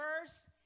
verse